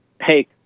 Hey